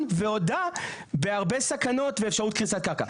והודה בהרבה סכנות ואפשרות קריסת קרקע.